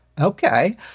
Okay